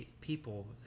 people